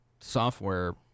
software